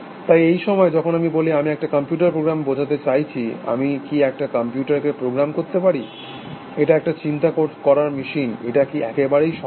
তাই এই সময় যখন আমি বলি আমি একটা কম্পিউটার প্রোগ্রাম বোঝাতে চাইছি আমি কি একটা কম্পিউটারকে প্রোগ্রাম করতে পারি এটা একটা চিন্তা করার মেশিন এটা কি একেবারেই সম্ভব